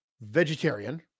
vegetarian